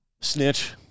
Snitch